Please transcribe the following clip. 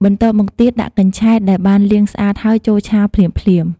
បន្ទាប់មកទៀតដាក់ កញ្ឆែត ដែលបានលាងស្អាតហើយចូលឆាភ្លាមៗ។